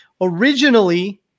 originally